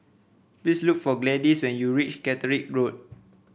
please look for Gladyce when you reach Catterick Road